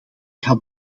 had